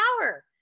power